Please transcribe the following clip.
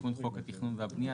תיקון חוק התכנון והבנייה,